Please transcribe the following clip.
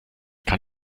kann